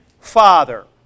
father